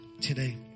today